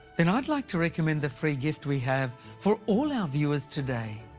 then i'd like to recommend the free gift we have for all our viewers today.